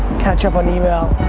catch up on the email.